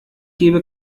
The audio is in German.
gebe